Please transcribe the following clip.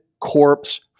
corpse